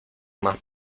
más